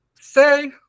say